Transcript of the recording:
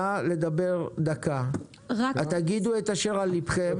נא לדבר דקה, תגידו את אשר על לבכם.